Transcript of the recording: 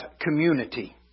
community